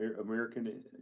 American